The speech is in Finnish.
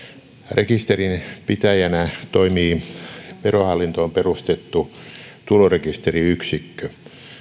rekisterin pitäjänä toimii verohallintoon perustettu tulorekisteriyksikkö